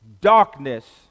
darkness